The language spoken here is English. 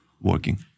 working